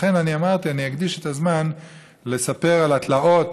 לכן אמרתי שאני אקדיש את הזמן לספר על התלאות